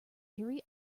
theory